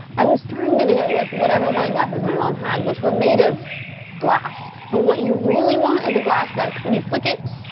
i was trying to do it with whatever wine glasses my mom had, which were made of glass. but what you really want is a glass that when you flick it,